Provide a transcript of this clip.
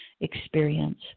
experience